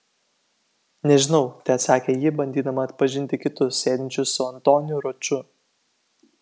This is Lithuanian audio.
nežinau teatsakė ji bandydama atpažinti kitus sėdinčius su antoniu roču